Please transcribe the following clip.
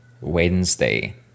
Wednesday